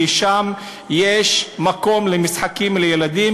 כי שם יש מקום של משחקים לילדים,